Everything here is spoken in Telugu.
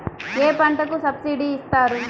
ఏ పంటకు సబ్సిడీ ఇస్తారు?